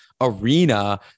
arena